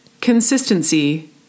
Consistency